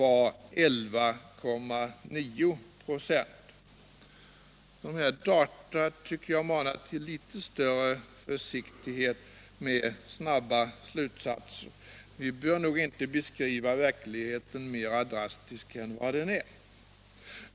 Dessa data tycker jag manar till litet större försiktighet med snabba slutsatser. Vi bör nog inte beskriva verkligheten som mera drastisk än vad den är.